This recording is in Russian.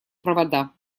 провода